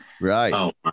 Right